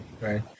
Right